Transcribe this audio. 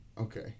Okay